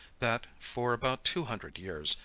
that, for about two hundred years,